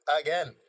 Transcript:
again